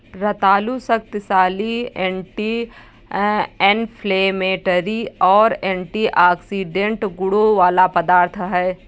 रतालू शक्तिशाली anti inflammatory और एंटीऑक्सीडेंट गुणों वाला पदार्थ है